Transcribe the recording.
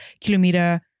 kilometer